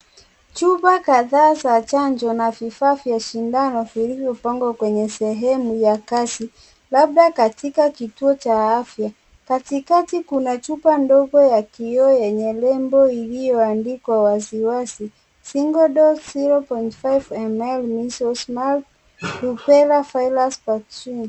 Chupa kadhaa za chanjo na vifaa vya sindano vilivyo pangwa kwenye sehemu ya kazi labda katika kituo cha afya, katikati kuna chupa ndogo ya kioo yenye nembo iliyoandikwa wasiwasi single dose 0.5 ml measles mumps rubella virus vaccine .